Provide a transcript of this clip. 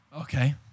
Okay